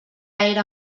era